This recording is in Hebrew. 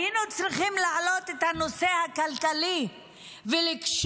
היינו צריכים להעלות את הנושא הכלכלי ולקשור